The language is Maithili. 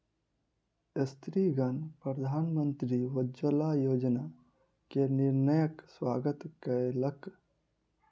स्त्रीगण प्रधानमंत्री उज्ज्वला योजना के निर्णयक स्वागत कयलक